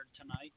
tonight